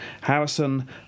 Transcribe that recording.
Harrison